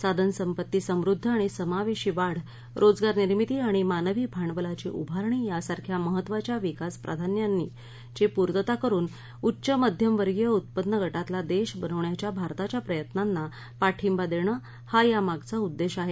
साधनसंपत्तीसमृद्ध आणि समावेशी वाढ रोजगार निर्मिती आणि मानवी भांडवलाची उभारणी यासारख्या महत्वाच्या विकास प्राधान्यांची पुर्तता करून उच्च मध्यमवर्गीय उत्पन्न गटातला देश बनण्याच्या भारताच्या प्रयत्नांना पाठिंबा देणं हा यामागचा उद्देश आहे